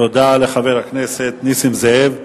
תודה לחבר הכנסת נסים זאב.